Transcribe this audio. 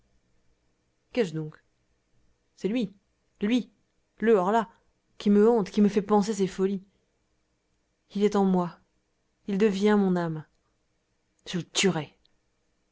donc c'est lui lui le horla qui me hante qui me fait penser ces folies il est en moi il devient mon âme je le tuerai